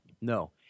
No